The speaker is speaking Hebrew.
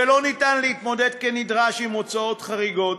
ולא ניתן להתמודד כנדרש עם הוצאות חריגות.